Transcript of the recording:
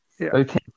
okay